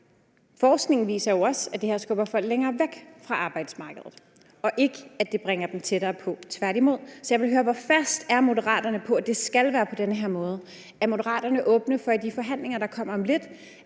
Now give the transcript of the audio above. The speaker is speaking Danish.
forskningen jo også viser, at det her skubber folk længere væk fra arbejdsmarkedet og ikke bringer dem tættere på. Så jeg vil høre: Hvor fast besluttet er Moderaterne på, at det skal gøres på den her måde? Er Moderaterne åbne for, at vi i de forhandlinger, der kommer om lidt,